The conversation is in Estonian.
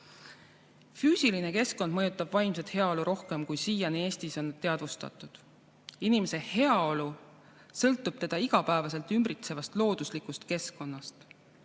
Füüsiline keskkond mõjutab vaimset heaolu rohkem, kui siiani Eestis on teadvustatud. Inimese heaolu sõltub teda iga päev ümbritsevast looduslikust keskkonnast.